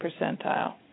percentile